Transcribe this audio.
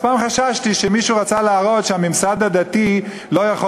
אז פעם חששתי שמישהו רצה להראות שהממסד הדתי לא יכול